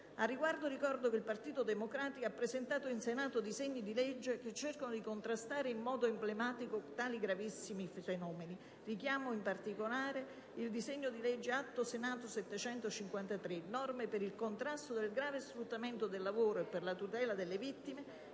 Al riguardo, ricordo che il Partito Democratico ha presentato in Senato disegni di legge che cercano di contrastare in modo emblematico tali gravissimi fenomeni. Richiamo in particolare il disegno di legge Atto Senato n. 753, recante "Norme per il contrasto del grave sfruttamento del lavoro e per la tutela delle vittime",